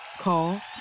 Call